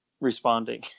responding